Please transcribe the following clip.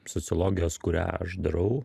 sociologijos kurią aš darau